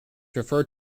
referred